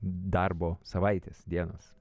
darbo savaitės dienos